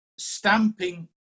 stamping